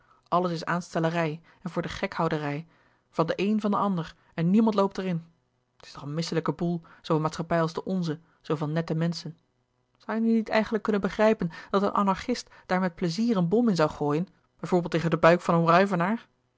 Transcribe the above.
alles is aanstellerij en voor dengek houderij van den een van den ander en niemand loopt er in het is toch een misselijke boel zoo een maatschappij als de onze zoo van nette menschen zoû je nu niet eigenlijk kunnen begrijpen dat een anarchist daar met pleizier een bom in zoû gooien bij voorbeeld tegen den buik van